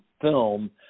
film